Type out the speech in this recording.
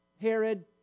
Herod